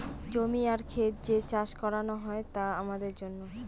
জমি আর খেত যে চাষ করানো হয় তা আমাদের জন্য